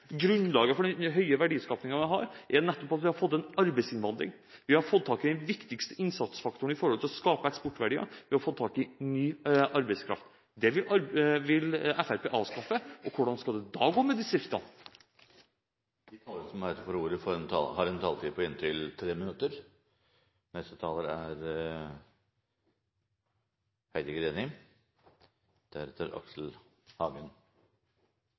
grunnlaget for den høye verdiskapingen vi har, som nettopp er at vi har fått en arbeidsinnvandring. Ved at vi har fått tak i ny arbeidskraft, har vi den viktigste faktoren når det gjelder å skape eksportverdier. Dette vil Fremskrittspartiet avskaffe. Hvordan skal det da gå med distriktene? De talere som heretter får ordet, har en taletid på inntil 3 minutter. At vi tar hele landet i bruk, er